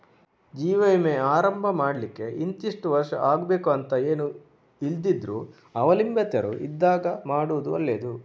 ಜೀವ ವಿಮೆ ಆರಂಭ ಮಾಡ್ಲಿಕ್ಕೆ ಇಂತಿಷ್ಟು ವರ್ಷ ಆಗ್ಬೇಕು ಅಂತ ಏನೂ ಇಲ್ದಿದ್ರೂ ಅವಲಂಬಿತರು ಇದ್ದಾಗ ಮಾಡುದು ಒಳ್ಳೆದು